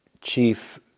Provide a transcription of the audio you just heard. chief